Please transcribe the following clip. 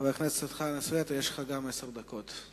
חבר הכנסת חנא סוייד, גם לך יש עשר דקות.